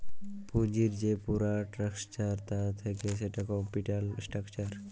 পুঁজির যে পুরা স্ট্রাকচার তা থাক্যে সেটা ক্যাপিটাল স্ট্রাকচার